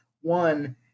one